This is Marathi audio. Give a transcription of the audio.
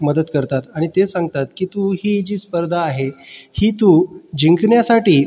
मदत करतात आणि ते सांगतात की तू ही जी स्पर्धा आहे ही तू जिंकण्यासाठी